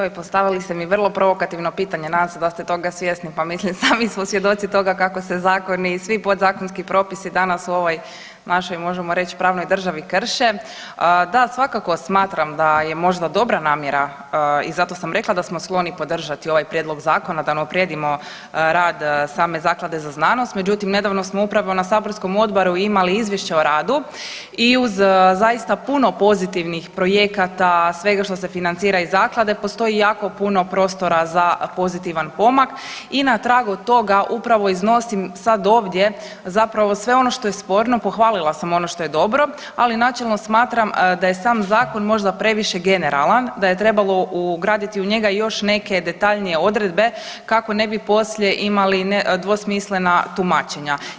Joj, postavili ste mi vrlo provokativno pitanje, nadam se da ste toga svjesni, pa mislim, sami smo svjedoci toga kako se zakoni i svi podzakonski propisi danas u ovoj našoj, možemo reći, pravnoj državi krše, da, svakako smatram da je možda dobra namjera i zato sam rekla da smo skloni podržati ovaj prijedlog Zakona da unaprijedimo rad same Zaklade za znanost, međutim nedavno smo upravo na saborskom odboru imali izvješće o radu i uz zaista puno pozitivnih projekata, svega što se financira iz Zaklade, postoji jako puno prostora za pozitivan pomak i na tragu toga upravo iznosim sad ovdje zapravo sve ono što je sporno, pohvalila sam ono što je dobro, ali načelno smatram da je sam Zakon možda previše generalan, da je trebalo ugraditi u njega još neke detaljnije odredbe kako ne bi poslije imali dvosmislena tumačenja.